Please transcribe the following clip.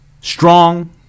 strong